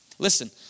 Listen